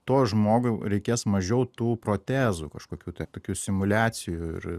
tuo žmogui reikės mažiau tų protezų kažkokių tokių simuliacijų ir